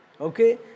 Okay